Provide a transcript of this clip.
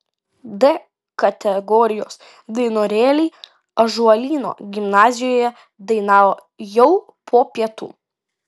d kategorijos dainorėliai ąžuolyno gimnazijoje dainavo jau po pietų